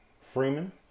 Freeman